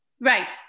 Right